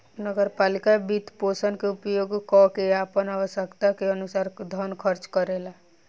नगर पालिका वित्तपोषण के उपयोग क के आपन आवश्यकता के अनुसार धन खर्च करेला